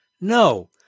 No